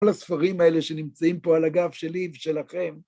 כל הספרים האלה שנמצאים פה על הגב שלי ושלכם.